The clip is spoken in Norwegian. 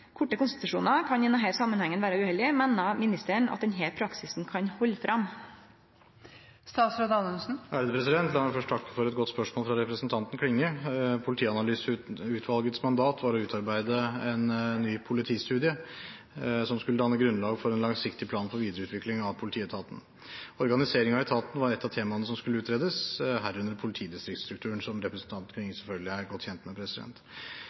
Korte konstitusjonar kan i denne samanhengen vere uheldig. Meiner statsråden at denne praksisen kan halde fram?» La meg først takke for et godt spørsmål fra representanten Klinge. Politianalyseutvalgets mandat var å utarbeide en ny politistudie som skulle danne grunnlag for en langsiktig plan for videreutvikling av politietaten. Organisering av etaten var ett av temaene som skulle utredes, herunder politidistriktsstrukturen, som representanten Klinge selvfølgelig er godt kjent med.